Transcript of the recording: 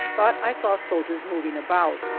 but i saw soldiers moving about,